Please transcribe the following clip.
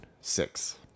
six